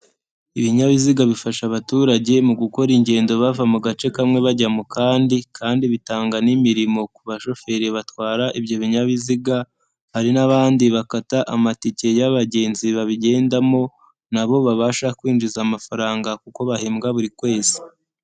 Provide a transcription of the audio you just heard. Ibinyabiziga bifasha abaturage mu gukora ingendo, bava mu gace kamwe bajya mu kandi kandi bitanga n'imirimo ku bashoferi batwara ibyo binyabiziga, hari n'abandi bakata amatike y'abagenzi babigendamo na bo babasha kwinjiza amafaranga kuko bahembwa buri kwezi.